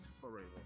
forever